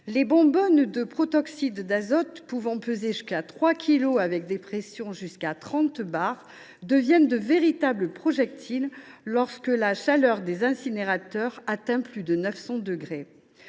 Les bonbonnes de protoxyde d’azote, qui peuvent peser jusqu’à trois kilos avec des pressions allant jusqu’à trente bars, deviennent de véritables projectiles lorsque la chaleur des incinérateurs atteint plus de 900 degrés.